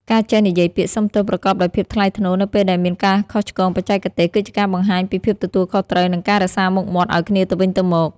ការចេះនិយាយពាក្យ "សុំទោស" ប្រកបដោយភាពថ្លៃថ្នូរនៅពេលដែលមានការខុសឆ្គងបច្ចេកទេស គឺជាការបង្ហាញពីភាពទទួលខុសត្រូវ និងការរក្សាមុខមាត់ឱ្យគ្នាទៅវិញទៅមក។